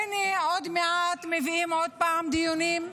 הינה, עוד מעט מביאים עוד פעם דיונים,